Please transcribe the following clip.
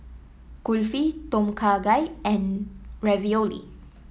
Kulfi Tom Kha Gai and Ravioli